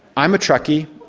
i'm a trekkie.